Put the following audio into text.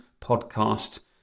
podcast